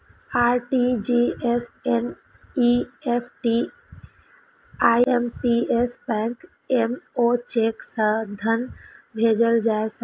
RTGS, NEFT, IMPS, bank app आ cheque सं धन भेजल जा सकैए